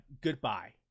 Goodbye